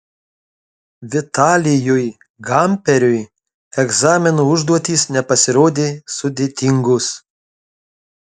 vitalijui gamperiui egzamino užduotys nepasirodė sudėtingos